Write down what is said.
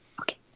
Okay